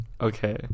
Okay